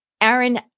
Aaron